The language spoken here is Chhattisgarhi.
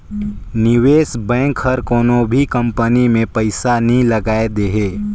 निवेस बेंक हर कोनो भी कंपनी में पइसा नी लगाए देहे